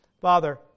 Father